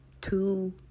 two